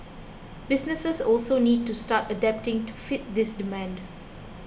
businesses also need to start adapting to fit this demand